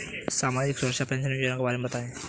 सामाजिक सुरक्षा पेंशन योजना के बारे में बताएँ?